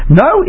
no